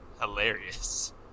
hilarious